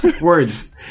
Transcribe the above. Words